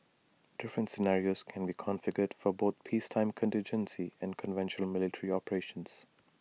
different scenarios can be configured for both peacetime contingency and conventional military operations